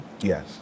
Yes